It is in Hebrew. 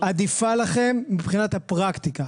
עדיפה לכם מבחינת הפרקטיקה.